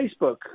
Facebook